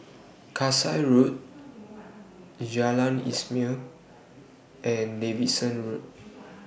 Kasai Road Jalan Ismail and Davidson Road